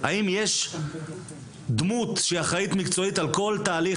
האם יש דמות שהיא אחראית מקצועית על כל תהליך